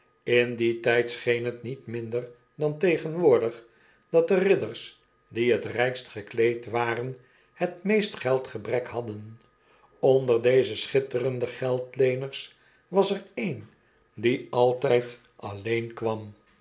in dien tjjd scheen het niet minder dan tegenwoordig dat de ridders die het rpst gekleed waren het meeste geldgebrek hadden onder deze schitterende geldleeners was er een die altyd alleen kwam